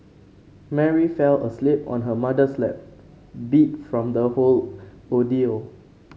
Mary fell asleep on her mother's lap beat from the whole ordeal